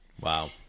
wow